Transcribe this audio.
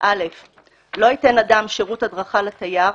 לא ייתן אדם שירות הדרכה לתייר,